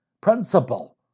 principle